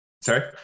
Sorry